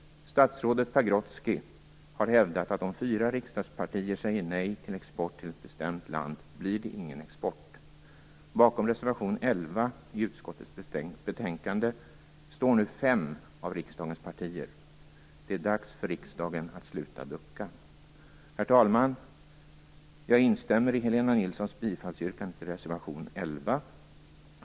Statsrådet Pagrotsky har hävdat att om fyra riksdagspartier säger nej till export till ett bestämt land blir det ingen export. Bakom reservation 11 i utskottets betänkande står nu fem av riksdagens partier. Det är dags för riksdagen att sluta ducka. Herr talman! Jag instämmer i Helena Nilssons bifallsyrkande till reservation 11.